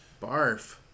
barf